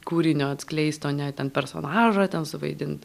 kūrinio atskleist o ne ten personažą ten suvaidint